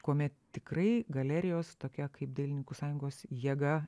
kuomet tikrai galerijos tokia kaip dailininkų sąjungos jėga